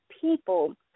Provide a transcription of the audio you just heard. people